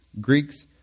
Greeks